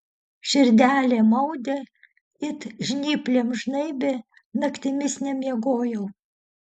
širdelė maudė it žnyplėm žnaibė naktimis nebemiegojau